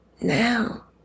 now